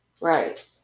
Right